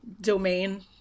domain